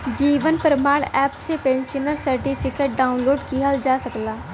जीवन प्रमाण एप से pensioner certificate download किहल जा सकला